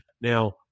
Now